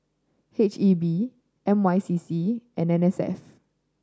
H E B M I C C and N S F